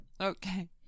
Okay